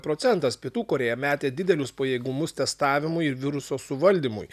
procentas pietų korėja metė didelius pajėgumus testavimui ir viruso suvaldymui